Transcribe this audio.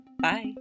Bye